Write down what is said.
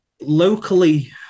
Locally